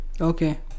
okay